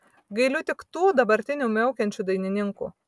gailiu tik tų dabartinių miaukiančių dainininkų